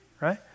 right